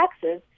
taxes